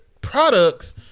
products